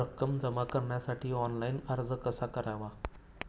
रक्कम जमा करण्यासाठी ऑनलाइन अर्ज कसा करावा?